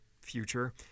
future